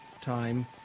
time